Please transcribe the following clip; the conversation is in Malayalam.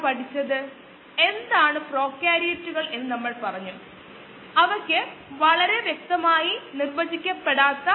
അതിനാൽ ഇന്റഗ്രലുകളുടെ പട്ടികയിൽ നിന്നും നമ്മൾ അറിയപ്പെടുന്ന ചില ഫലങ്ങൾ ഉപയോഗിക്കേണ്ടതുണ്ട്